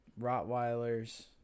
Rottweilers